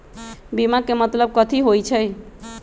बीमा के मतलब कथी होई छई?